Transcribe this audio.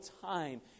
time